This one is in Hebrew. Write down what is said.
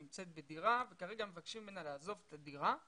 נמצאת בדירה וכרגע מבקשים ממנה לעזוב את הדירה.